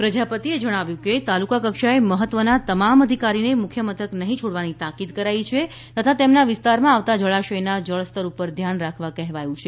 પ્રજાપતિ એ જણાવ્યું છે કે તાલુકા કક્ષાએ મહત્વના તમામ અધિકારીને મુખ્યમથક નહીં છોડવાની તાકીદ કરાઈ છે તથા તેમના વિસ્તારમાં આવતા જળાશયના જળ સ્તર ઉપર ધ્યાન રાખવા કહેવાયું છે